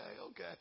okay